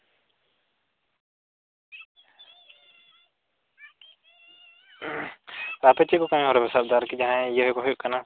ᱟᱯᱮ ᱪᱮᱫ ᱠᱚ ᱠᱟᱹᱢᱤ ᱦᱚᱨᱟ ᱯᱮ ᱥᱟᱫ ᱮᱫᱟ ᱟᱨᱠᱤ ᱡᱟᱦᱟᱸᱭ ᱤᱭᱟᱹ ᱠᱚ ᱦᱩᱭᱩᱜ ᱠᱟᱱᱟ